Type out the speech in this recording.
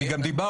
אני גם דיברתי,